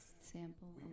sample